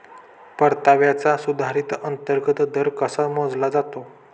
परताव्याचा सुधारित अंतर्गत दर कसा मोजला जातो?